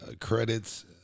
credits –